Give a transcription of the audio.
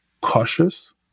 cautious